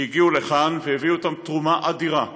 שהגיעו לכאן והביאו איתם תרומה אדירה.